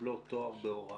שמקבלות תואר בהוראה,